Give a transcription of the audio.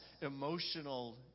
emotional